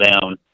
down